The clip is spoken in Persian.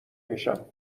میشم